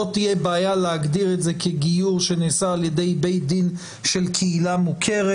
לא תהיה בעיה להגדיר את זה כגיור שנעשה ע"י בית דין של קהילה מוכרת.